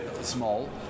small